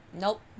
Nope